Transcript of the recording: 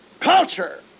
culture